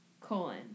Colon